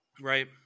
Right